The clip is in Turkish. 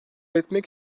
etmek